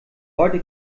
heute